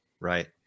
Right